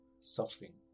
suffering